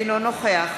אינו נוכח